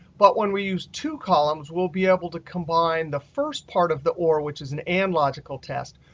but when we use two columns, we'll be able to combine the first part of the or, which is an and logical test,